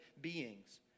beings